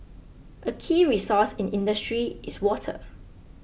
a key resource in industry is water